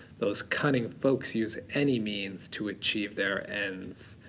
those cunning folks use any means to achieve their ends.